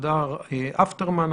והדר אפטרמן,